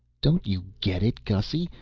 don't you get it, gussy?